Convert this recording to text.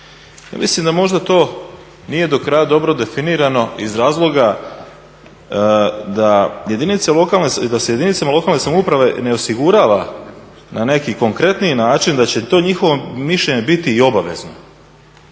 mislim da možda to nije do kraja dobro definirano iz razloga da se jedinice lokalne samouprave ne osigurava na neki konkretniji način da će to njihovo mišljenje biti i obavezno,